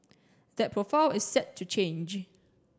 that profile is set to change